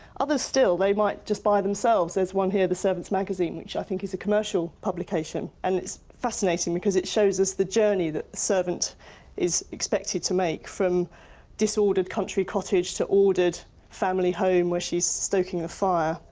others still, they might just buy themselves, there's one here, the servants' magazine, which i think is a commercial publication. and it's fascinating because it shows us the journey that a servant is expected to make, from disordered country cottage to ordered family home where she's stoking the fire.